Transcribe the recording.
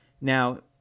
Now